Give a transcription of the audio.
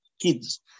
kids